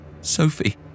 Sophie